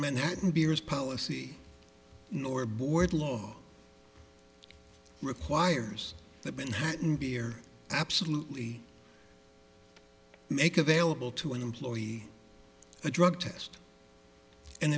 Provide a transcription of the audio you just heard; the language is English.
manhattan beers policy nor board law requires that when hatton beer absolutely make available to an employee the drug test and